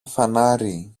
φανάρι